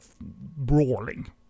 brawling